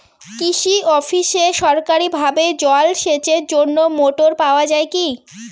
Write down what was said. কৃষি অফিসে সরকারিভাবে জল সেচের জন্য মোটর পাওয়া যায় কি?